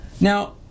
Now